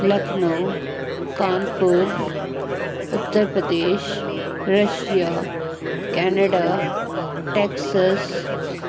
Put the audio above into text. Lucknow Kanpur Uttar Pradesh Russia Canada Texas